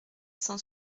cent